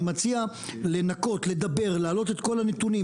אני מציע לנקות, לדבר, להעלות את כל הנתונים.